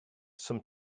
some